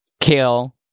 kill